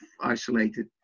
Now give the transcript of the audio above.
isolated